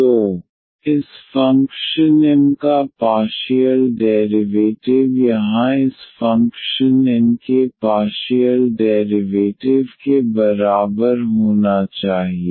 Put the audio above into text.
तो इस function M का पार्शियल डेरिवेटिव यहाँ इस फ़ंक्शन N के पार्शियल डेरिवेटिव के बराबर होना चाहिए